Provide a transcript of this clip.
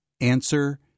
Answer